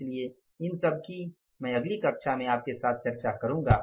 इसलिए इन सबकी मैं अगली कक्षा में आपके साथ चर्चा करूंगा